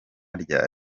rya